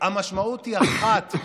המשמעות היא אחת: